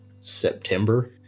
September